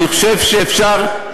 אני חושב שאפשר,